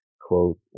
quote